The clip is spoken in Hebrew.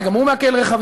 הרי גם הוא מעקל רכבים,